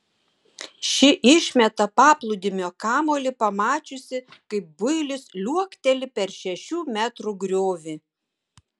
ši išmeta paplūdimio kamuolį pamačiusi kaip builis liuokteli per šešių metrų griovį